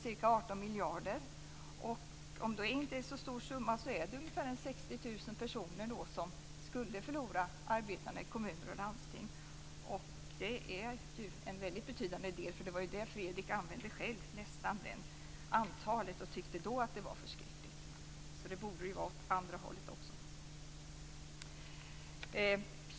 Om det inte är en så stor summa, handlar det ändå om ungefär 60 000 personer som skulle förlora sina arbeten i kommuner och landsting. Det är ju en väldigt betydande del. Det var nästan det antal som Fredrik själv använde och som han tyckte var förskräckligt.